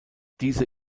diese